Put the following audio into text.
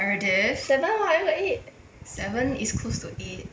seven [what] where got eight